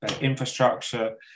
infrastructure